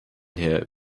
herr